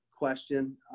Question